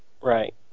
Right